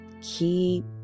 Keep